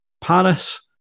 Paris